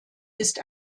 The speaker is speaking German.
ist